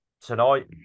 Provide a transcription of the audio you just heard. Tonight